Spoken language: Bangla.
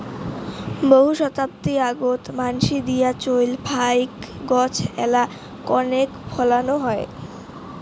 বহু শতাব্দী আগোত মানসি দিয়া চইল ফাইক গছ এ্যালা কণেক ফলানো হয়